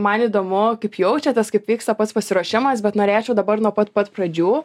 man įdomu kaip jaučiatės kaip vyksta pats pasiruošimas bet norėčiau dabar nuo pat pat pradžių